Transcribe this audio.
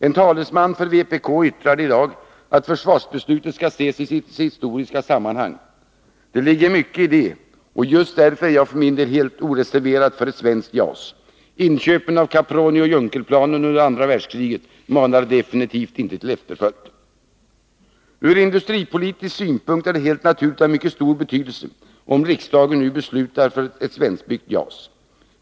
En talesman för vpk yttrade tidigare i dag att försvarsbeslutet skall ses i sitt historiska sammanhang. Det ligger mycket i det, och just därför är jag helt oreserverat för ett svenskt JAS. Inköpen av Capronioch Junkerplan under andra världskriget manar definitivt inte till efterföljd. Ur industripolitisk synpunkt är det helt naturligt av mycket stor betydelse om riksdagen nu beslutar om ett svenskbyggt JAS.